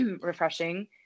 refreshing